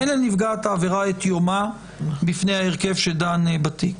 אין לנפגעת העבירה את יומה בפני ההרכב שדן בתיק.